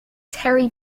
terry